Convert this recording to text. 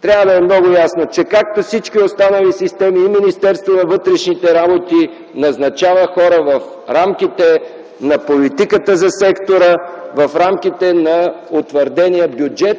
Трябва да е много ясно, че както всички останали системи, така и Министерството на вътрешните работи назначава хора в рамките на политиката за сектора, в рамките на утвърдения бюджет